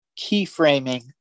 keyframing